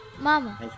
mama